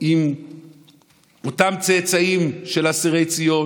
עם אותם צאצאים של אסירי ציון,